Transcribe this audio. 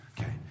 Okay